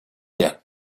der